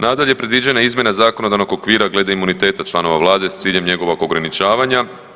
Nadalje, predviđena je i izmjena zakonodavnog okvira glede imuniteta članova vlade s ciljem njegovog ograničavanja.